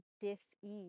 dis-ease